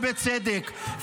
ובצדק,